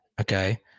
Okay